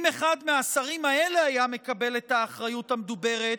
אם אחד מהשרים האלו היה מקבל את האחריות המדוברת,